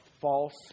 false